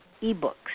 e-books